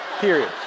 Period